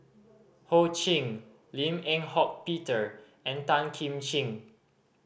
Ho Ching Lim Eng Hock Peter and Tan Kim Ching